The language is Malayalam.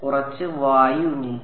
കുറച്ച് വായു ഉണ്ട്